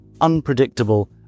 unpredictable